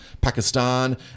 Pakistan